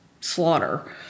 slaughter